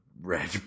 Red